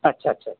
ਅੱਛਾ ਅੱਛਾ ਅੱਛਾ